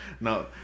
No